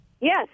Yes